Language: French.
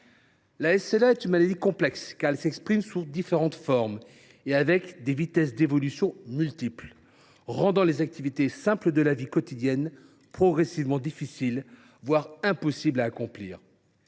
La SLA est une maladie complexe, car elle s’exprime sous différentes formes et avec des vitesses d’évolution multiples, rendant les activités simples de la vie quotidienne progressivement difficiles, voire impossibles, à accomplir.